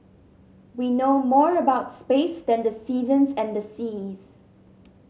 we know more about space than the seasons and the seas